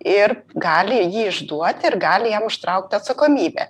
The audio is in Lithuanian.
ir gali jį išduoti ir gali jam užtraukti atsakomybę